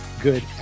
good